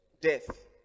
Death